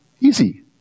easy